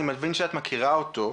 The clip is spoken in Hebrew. אני מבין שאת מכירה אותו,